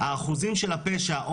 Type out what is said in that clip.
האחוזים של השפע,